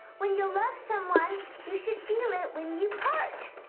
when you love someone you should feel it when you part.